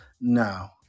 no